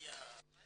הישיבה